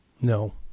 No